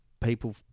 people